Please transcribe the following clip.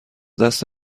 دست